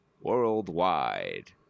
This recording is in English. worldwide